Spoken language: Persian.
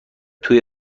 توی